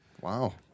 Wow